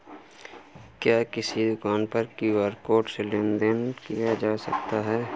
क्या किसी दुकान पर क्यू.आर कोड से लेन देन देन किया जा सकता है?